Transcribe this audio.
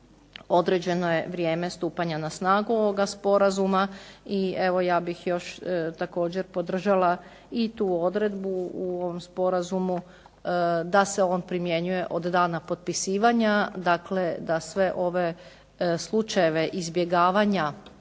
određeno je vrijeme stupanja na snagu ovoga sporazuma. I evo ja bih još također podržala i tu odredbu u ovom sporazumu da se on primjenjuje od dana potpisivanja. Dakle, da sve ove slučajeve izbjegavanja